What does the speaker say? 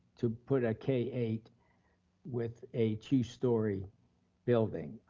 to put a k eight with a two-story building.